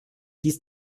dies